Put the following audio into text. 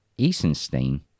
Eisenstein